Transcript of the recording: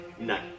Night